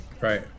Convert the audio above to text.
Right